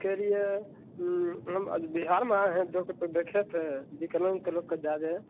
इसके लिए हम आज बिहार में आए हैं दो गो तो देखे थे विकलांग के लोग को ज़्यादा